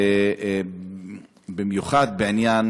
ובמיוחד בעניין